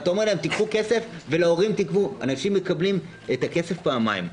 ואומר: קחו כסף - אנשים מקבלים את הכסף פעמיים.